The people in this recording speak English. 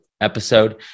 episode